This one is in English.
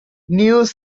news